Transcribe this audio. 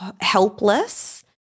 helpless